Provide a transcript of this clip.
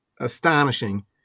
astonishing